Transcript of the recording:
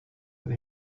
that